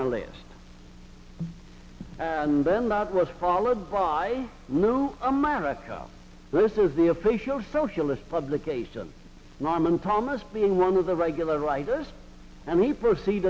the list and then that was followed by new america this is the official socialist publication norman thomas being one of the regular writers and he proceed